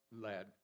led